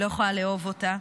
היא לא יכולה לאהוב אותה.